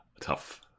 tough